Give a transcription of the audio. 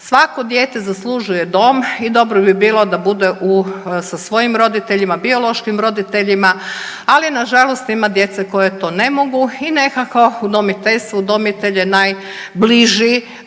Svako dijete zaslužuje dom i dobro bi bilo da bude sa svojim roditeljima, biološkim roditeljima ali nažalost ima djece koja to ne mogu i nekako udomiteljstvo, udomitelj je najbliži